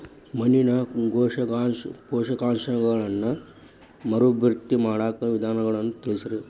ಮಣ್ಣಿನ ಪೋಷಕಾಂಶಗಳನ್ನ ಮರುಭರ್ತಿ ಮಾಡಾಕ ವಿಧಾನಗಳನ್ನ ತಿಳಸ್ರಿ